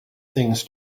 things